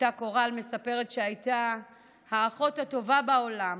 אחותה קורל מספרת שהייתה האחות הטובה בעולם,